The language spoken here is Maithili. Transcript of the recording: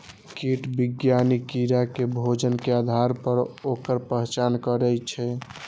कीट विज्ञानी कीड़ा के भोजन के आधार पर ओकर पहचान करै छै